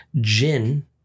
gin